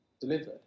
delivered